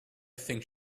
think